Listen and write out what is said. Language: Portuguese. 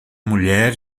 mulher